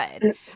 good